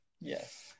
Yes